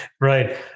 Right